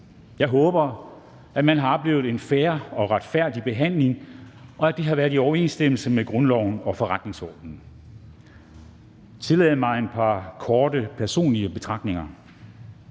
Jeg håber, man har oplevet en fair og retfærdig behandling, og at det har været i overensstemmelse med grundloven og forretningsordenen. Tillad mig at komme med et par korte personlige betragtninger.